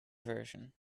version